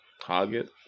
target